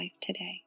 today